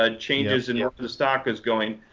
ah changes in where the stock is going.